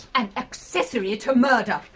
an accessory to ah murder!